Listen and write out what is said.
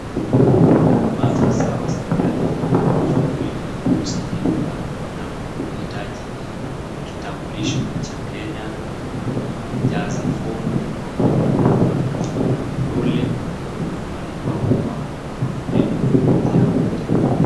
Maafisa wa serikali wanashughuli ya kusajili watu wanaohitaji kitambulisho cha Kenya. Wanajaza fomu tofauti, namba na kuweka vidole wale ambao wako kwa foleni wanangojea wapate.